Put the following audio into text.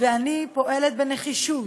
ואני פועלת בנחישות